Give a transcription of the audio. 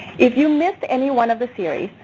if you missed any one of the series,